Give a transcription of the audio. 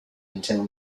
until